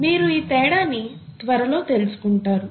మీరు ఈ తేడాని త్వరలో తెలుసుకుంటారు